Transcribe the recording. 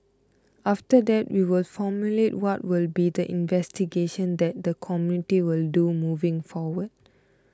after that we will formulate what will be the investigation that the committee will do moving forward